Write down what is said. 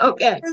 Okay